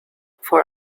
for